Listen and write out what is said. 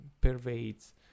pervades